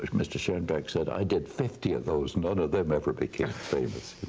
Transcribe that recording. but mr. schoenberg said, i did fifty of those, none of them ever became famous.